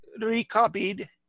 recopied